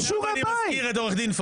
תקופה מזעזעת בתולדות העם הישראלי.